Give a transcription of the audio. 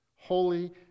holy